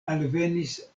alvenis